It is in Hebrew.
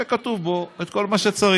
שיהיה בו כתוב את כל מה שצריך.